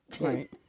right